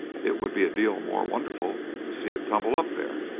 it would be a deal more wonderful to see it tumble up there!